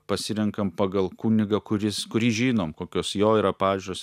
pasirenkam pagal kunigą kuris kurį žinom kokios jo yra pažiūros